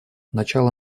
начало